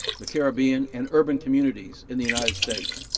the caribbean, and urban communities in the united states.